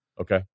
Okay